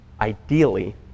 Ideally